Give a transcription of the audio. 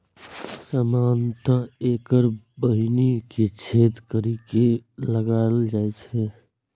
सामान्यतः एकर बीहनि कें छेद करि के लगाएल जाइ छै